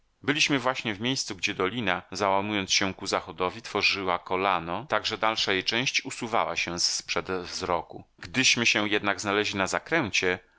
byliśmy właśnie w miejscu gdzie dolina załamując się ku zachodowi tworzyła kolano tak że dalsza jej część usuwała się z przed wzroku gdyśmy się jednak znaleźli na zakręcie